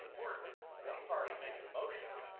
one party makes a motion,